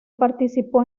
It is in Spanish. participó